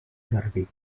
garbí